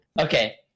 Okay